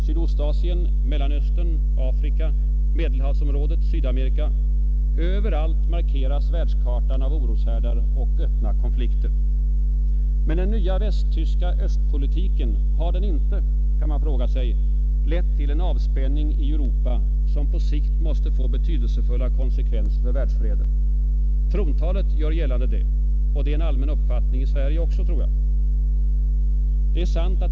Sydostasien, Mellanöstern, Afrika, Medelhavsområdet, Sydamerika — över allt markeras världskartan av oroshärdar eller öppna konflikter. Men den nya västtyska östpolitiken, har den inte — kan man fråga sig — lett till en avspänning i Europa, som på sikt måste få betydelsefulla konsekvenser för världsfreden? Detta görs gällande i trontalet och jag tror att det också är en allmän uppfattning i Sverige.